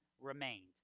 remained